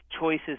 choices